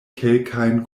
kelkajn